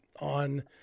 on